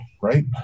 right